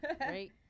Right